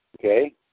Okay